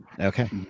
Okay